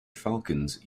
falcons